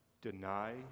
Deny